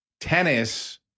tennis